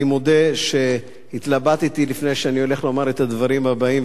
אני מודה שהתלבטתי לפני שהחלטתי לומר את הדברים הבאים,